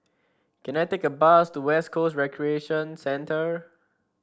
can I take a bus to West Coast Recreation Centre